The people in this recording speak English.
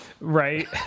right